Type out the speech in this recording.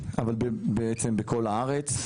אבל בעצם בכל הארץ.